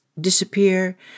disappear